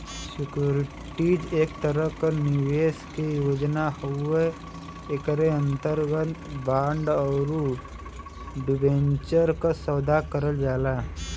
securities एक तरह एक निवेश के योजना हउवे एकरे अंतर्गत बांड आउर डिबेंचर क सौदा करल जाला